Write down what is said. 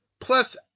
Plus